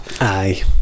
Aye